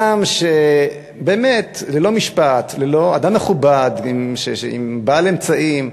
ללא משפט, אדם מכובד, בעל אמצעים.